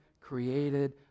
created